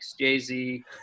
Jay-Z